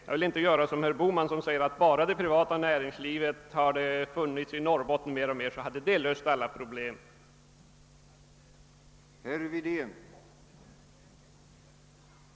Jag vill inte göra som herr Bohman, som säger att bara det hade funnits mer av privat näringsliv i Norrbotten, hade därigenom alla problem blivit lösta.